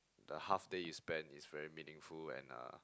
the half day you spend is very meaningful and uh